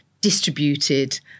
distributed